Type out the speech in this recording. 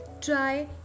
Try